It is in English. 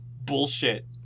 bullshit